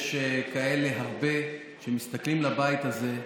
יש כאלה הרבה שמסתכלים על הבית הזה,